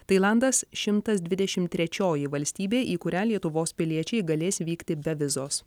tailandas šimtas dvidešim trečioji valstybė į kurią lietuvos piliečiai galės vykti be vizos